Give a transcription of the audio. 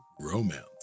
romance